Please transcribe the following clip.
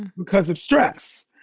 because of stress.